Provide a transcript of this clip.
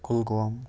Kulgam